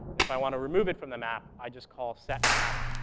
if i want to remove it from the map, i just call set map,